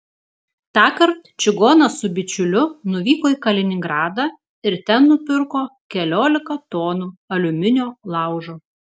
tąkart čigonas su bičiuliu nuvyko į kaliningradą ir ten nupirko keliolika tonų aliuminio laužo